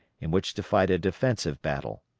in which to fight a defensive battle.